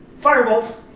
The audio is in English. Firebolt